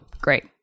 great